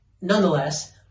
Nonetheless